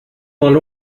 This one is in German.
mal